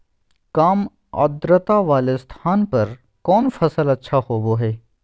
काम आद्रता वाले स्थान पर कौन फसल अच्छा होबो हाई?